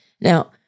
Now